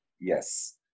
yes